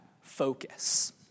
focus